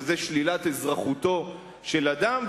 וזה שלילת אזרחותו של אדם.